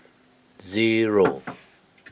zero